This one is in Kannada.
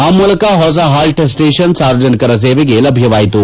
ಆ ಮೂಲಕ ಹೊಸ ಹಾಲ್ಟ್ ಸ್ವೇಷನ್ ಸಾರ್ವಜನಿಕರ ಸೇವೆಗೆ ಲಭ್ಯವಾಯಿತು